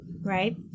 right